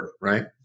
right